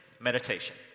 meditation